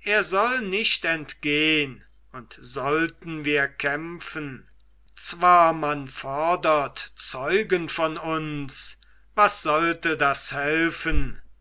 er soll nicht entgehn und sollten wir kämpfen zwar man fordert zeugen von uns was wollte das helfen